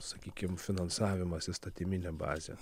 sakykim finansavimas įstatyminė bazė